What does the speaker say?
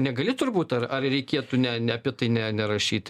negali turbūt ar ar reikėtų ne ne apie tai ne nerašyt